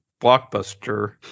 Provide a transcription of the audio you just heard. blockbuster